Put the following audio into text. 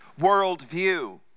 worldview